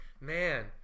Man